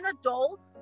adults